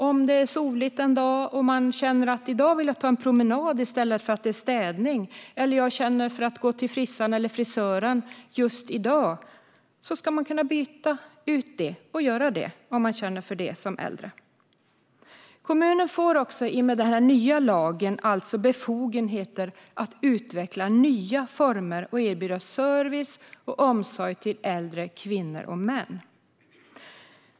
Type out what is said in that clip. Om det är soligt en dag och man känner att man vill ta en promenad i stället för att få städning, eller om man känner för att gå till frisören, kan man som äldre byta så att man kan göra det man känner för. Kommunen får i och med den här nya lagen alltså befogenheter att utveckla nya former och erbjuda service och omsorg till äldre kvinnor och män.